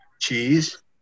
Cheese